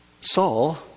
Saul